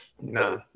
No